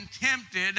tempted